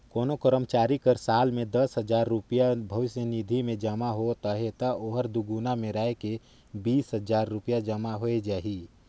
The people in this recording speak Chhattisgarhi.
कोनो करमचारी कर साल में दस हजार रूपिया भविस निधि में जमा होवत अहे ता ओहर दुगुना मेराए के बीस हजार रूपिया जमा होए जाही